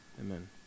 amen